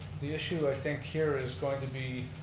the issue i think here is going to be